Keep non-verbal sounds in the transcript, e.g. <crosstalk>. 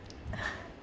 <laughs>